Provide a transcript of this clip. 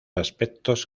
aspectos